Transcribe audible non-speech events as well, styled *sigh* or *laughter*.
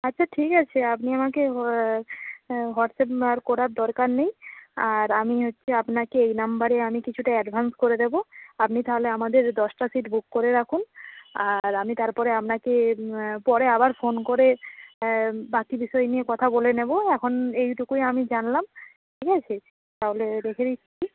আচ্ছা ঠিক আছে আপনি আমাকে *unintelligible* *unintelligible* হোয়াটসঅ্যাপ আর করার দরকার নেই আর আমি হচ্ছে আপনাকে এই নাম্বারে আমি কিছুটা অ্যাডভান্স করে দেবো আপনি তাহলে আমাদের দশটা সিট বুক করে রাখুন আর আমি তারপরে আপনাকে পরে আবার ফোন করে বাকি বিষয় নিয়ে কথা বলে নেব এখন এইটুকুই আমি জানালাম ঠিক আছে তাহলে রেখে দিচ্ছি